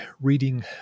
reading